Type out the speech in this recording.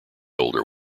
older